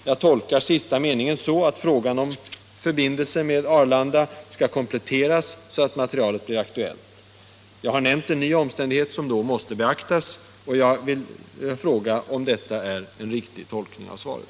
Jag tolkar sista meningen så att frågan om spårbunden förbindelse med Arlanda skall kompletteras, så att materialet blir aktuellt. Jag har nämnt en ny omständighet som då måste beaktas, och jag vill fråga om detta är en riktig tolkning av svaret.